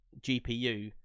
GPU